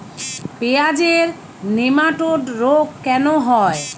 পেঁয়াজের নেমাটোড রোগ কেন হয়?